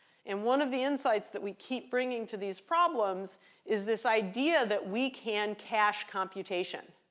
and one of the insights that we keep bringing to these problems is this idea that we can cache computation.